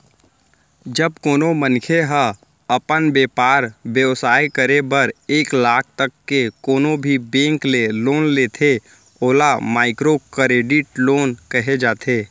जब कोनो मनखे ह अपन बेपार बेवसाय करे बर एक लाख तक के कोनो भी बेंक ले लोन लेथे ओला माइक्रो करेडिट लोन कहे जाथे